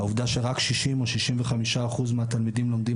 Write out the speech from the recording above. העובדה שרק 60% או 65% מהתלמידים לומדים